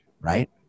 right